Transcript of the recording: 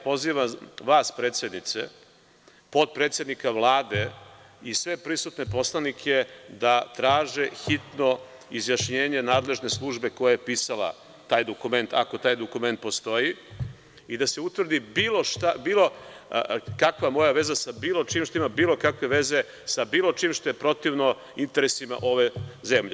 Pozivam vas predsednice, potpredsednika Vlade i sve prisutne poslanike da traže hitno izjašnjenje nadležne službe koja je pisala taj dokument, ako taj dokument postoji i da se utvrdi bilo kakva moja veza što ima bilo kakve veze sa bilo čim što je protivno interesima ove zemlje.